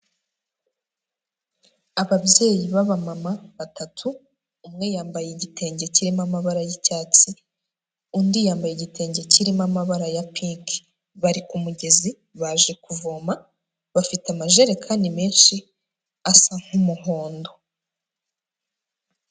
Ababyeyi b'abamama batatu, umwe yambaye igitenge kirimo amabara y'icyatsi, undi yambaye igitenge kirimo amabara ya pinki, bari ku mugezi baje kuvoma, bafite amajerekani menshi asa nk'umuhondo.